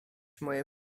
moje